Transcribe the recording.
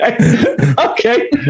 Okay